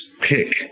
pick